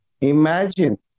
Imagine